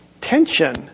tension